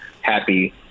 happy